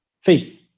faith